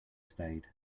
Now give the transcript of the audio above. stayed